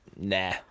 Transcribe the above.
Nah